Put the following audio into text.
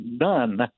none